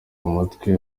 amatwi